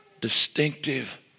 Distinctive